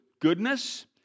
goodness